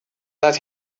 that